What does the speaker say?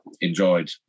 enjoyed